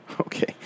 Okay